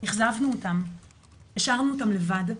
אכזבנו אותם והשארנו אותם לבד.